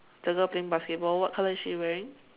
the girl playing basketball what color is she wearing